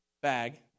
bag